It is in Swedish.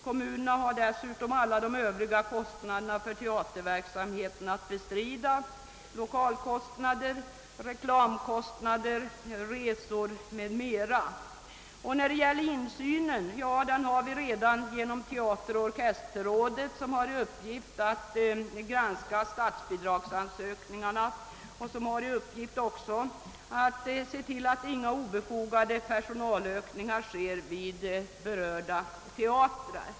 Kommunerna skall dessutom bestrida alla de övriga kostnaderna för teaterverksamheten: lokalkostnader, reklamkostnader, resor m.m. Insynen finns redan genom teateroch orkesterrådet, som har till uppgift att granska statsbidragsansökningarna och se till att inga obefogade personalökningar görs vid berörda teatrar.